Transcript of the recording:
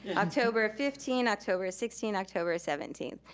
october fifteen, october sixteen, october seventeen,